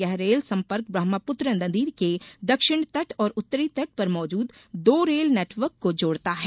यह रेल संपर्क ब्रह्मपुत्र नदी के दक्षिण तट और उत्तरी तट पर मौजूद दो रेल नेटवर्क को जोड़ता है